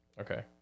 Okay